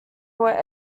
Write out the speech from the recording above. were